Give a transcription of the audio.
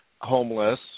homeless